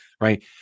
right